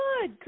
good